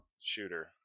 Shooter